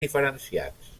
diferenciats